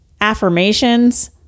affirmations